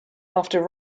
after